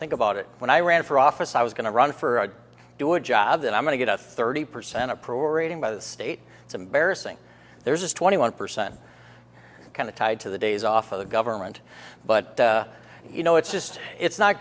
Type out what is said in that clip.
think about it when i ran for office i was going to run for a do a job that i'm going to get a thirty percent approval rating by the state it's embarrassing there's this twenty one percent kind of tied to the days off of the government but you know it's just it's not